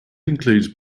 includes